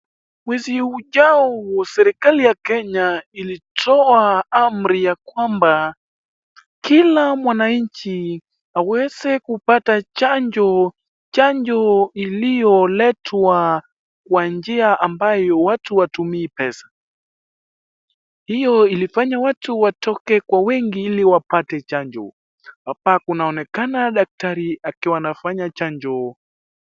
Mwezi ujao serikali ya Kenya ilitoa amri ya kwamba kila mwananchi aweze kupata chanjo, chanjo iliyoletwa kwa njia ambayo watu watumii pesa. Hiyo ilifanya watu watoke kwa wingi ili wapate chanjo. Hapa kunaonekana daktari akiwa anafanya chanjo.